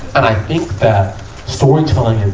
i think that storytelling, and